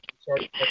Sorry